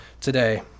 today